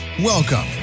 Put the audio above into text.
Welcome